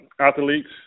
athletes